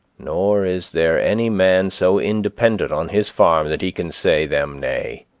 nor is there any man so independent on his farm that he can say them nay.